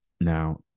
now